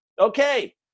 Okay